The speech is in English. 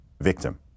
victim